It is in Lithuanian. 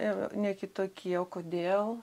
ir ne kitokie o kodėl